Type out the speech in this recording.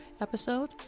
episode